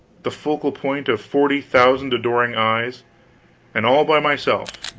the focal point of forty thousand adoring eyes and all by myself,